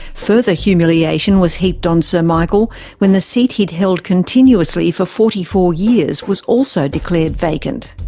further humiliation was heaped on sir michael when the seat he had held continuously for forty four years was also declared vacant.